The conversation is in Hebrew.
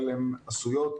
אבל הן עשויות,